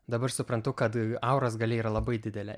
dabar suprantu kad auros galia yra labai didelė